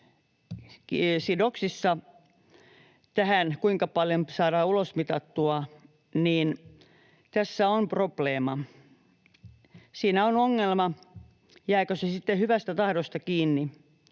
Siinä on ongelma. Jääkö se sitten hyvästä tahdosta kiinni,